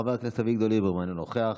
חבר הכנסת אביגדור ליברמן, אינו נוכח.